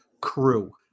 crew